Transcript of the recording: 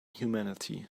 humanity